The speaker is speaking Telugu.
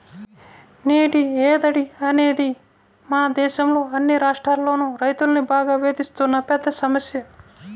నీటి ఎద్దడి అనేది మన దేశంలో అన్ని రాష్ట్రాల్లోనూ రైతుల్ని బాగా వేధిస్తున్న పెద్ద సమస్య